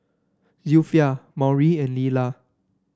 Zilpha Maury and Leila